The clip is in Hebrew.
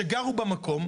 יש משפחה שגרה במקום,